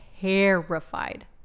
terrified